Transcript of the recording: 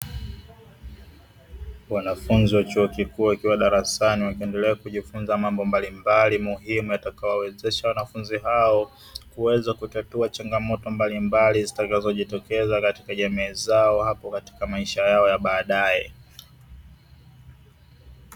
Wanafunzi wa chuo kikuu wakiwa darasani, wakiendelea kujifunza mambo mbalimbali muhimu yatakayowawezesha wanafunzi hao, kuweza kutatua changamoto mbalimbali zitakazojitokeza katika jamii zao hapo katika maisha yao ya baadae.